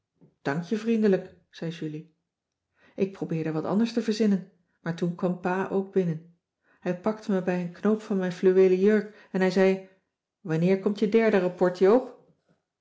dank je vriendelijk zei julie ik probeerde wat anders te verzinnen maar toen kwam pa ook binnen hij pakte me bij een knoop van mijn fluweelen jurk en hij zei wanneer komt je derde rapport joop